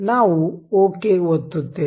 ನಾವು ಓಕೆ ಒತ್ತುತ್ತೇವೆ